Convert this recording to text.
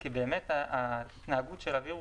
כי ההתנהגות של הווירוס,